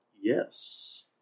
Yes